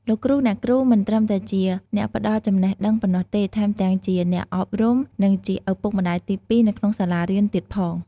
លោកគ្រូ អ្នកគ្រូ មិនត្រឹមតែជាអ្នកផ្ដល់ចំណេះដឹងប៉ុណ្ណោះទេ ថែមទាំងជាអ្នកអប់រំ និងជាឪពុកម្ដាយទីពីរនៅក្នុងសាលារៀនទៀតផង។